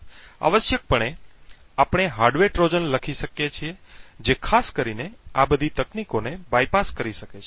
આવશ્યકપણે આપણે hardware trojan લખી શકીએ છીએ જે ખાસ કરીને આ બધી તકનીકોને બાયપાસ કરી શકે છે